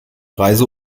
reise